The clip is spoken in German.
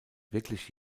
wirklich